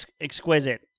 exquisite